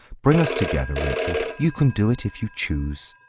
bring us together, rachel. you can do it if you choose.